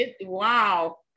Wow